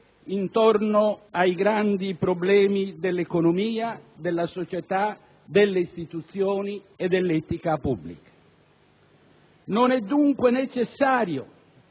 intorno ai grandi problemi dell'economia, della società, delle istituzioni e dell'etica pubblica. Non è dunque necessario